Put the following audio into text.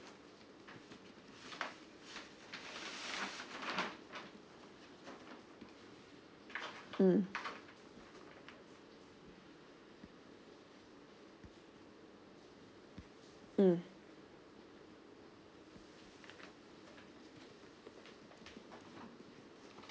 mm mm